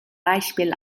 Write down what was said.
beispiel